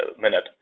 minute